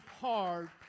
hard